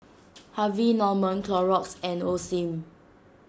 Harvey Norman Clorox and Osim